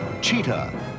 Cheetah